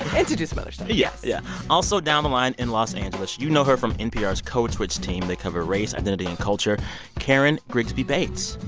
and to do some other stuff yeah. yeah also down the line in los angeles, you know her from npr's code switch team they cover race, identity and culture karen grigsby bates.